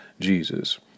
Jesus